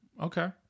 Okay